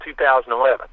2011